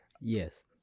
yes